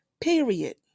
period